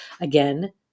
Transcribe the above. Again